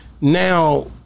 now